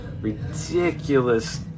Ridiculous